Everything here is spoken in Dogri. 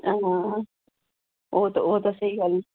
हां ओह् ते स्हेई गल्ल